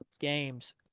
games